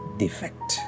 defect